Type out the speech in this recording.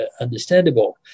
understandable